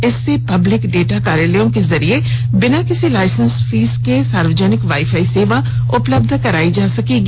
इससे public data कार्यालयों के जरिए बिना किसी लाइसेंस फीस के सार्वजनिक वाई फाई सेवा उपलब्ध कराई जा सकेगी